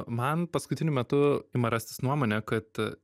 man paskutiniu metu ima rastis nuomonė kad